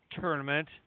tournament